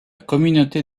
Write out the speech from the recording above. communauté